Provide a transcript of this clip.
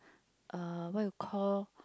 uh what you call